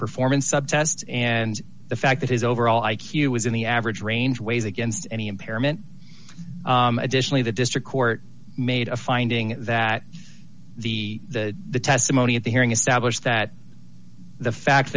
performance up test and the fact that his overall i q was in the average range weighs against any impairment additionally the district court made a finding that the the testimony at the hearing established that the fact